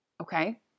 Okay